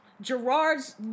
Gerard's